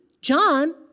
John